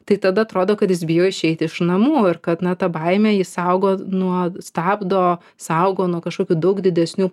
tai tada atrodo kad jis bijo išeiti iš namų ir kad na ta baimė jį saugo nuo stabdo saugo nuo kažkokių daug didesnių